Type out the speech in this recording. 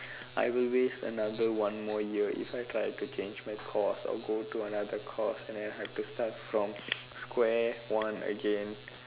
I will waste another one more year if I tried to change my course or go to another course and then I will have to go from square one again